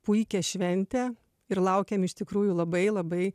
puikią šventę ir laukėm iš tikrųjų labai labai